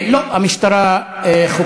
לא, המשטרה חוקרת.